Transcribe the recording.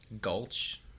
Gulch